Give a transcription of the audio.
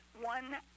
one